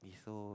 is so